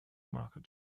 market